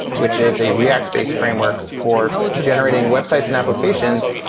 which is a react-based framework for generating websites and applications.